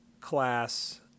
class